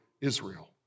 Israel